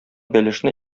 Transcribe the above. бәлешне